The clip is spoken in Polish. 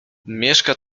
mieszka